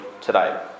today